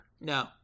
No